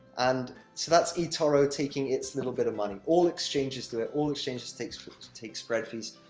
and so, that's etoro taking it's little bit of money. all exchanges do it. all exchanges take spread take spread fees.